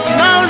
no